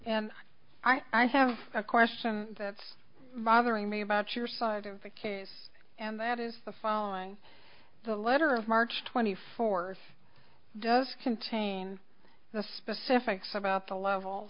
and i have a question that's bothering me about your side of the case and that is the following the letter of march twenty fourth does contain the specifics about the level